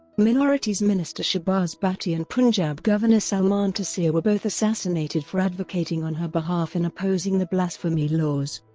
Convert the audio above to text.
minorities minister shahbaz bhatti and punjab governor salmaan taseer were both assassinated for advocating on her behalf and opposing the blasphemy laws.